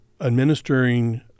administering